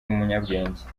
umunyabwenge